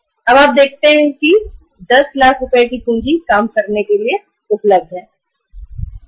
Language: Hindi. अब आप देखते हैं 10 लाख रूपए की पूँजी अल्पकालिक कार्यशील पूँजी आवश्यकता के लिए उपलब्ध है